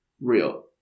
real